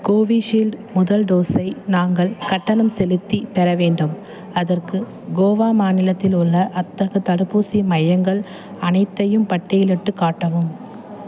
Covishield முதல் டோஸை நாங்கள் கட்டணம் செலுத்திப் பெற வேண்டும் அதற்கு கோவா மாநிலத்தில் உள்ள அத்தகு தடுப்பூசி மையங்கள் அனைத்தையும் பட்டியலிட்டுக் காட்டவும்